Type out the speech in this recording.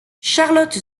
charlotte